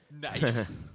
Nice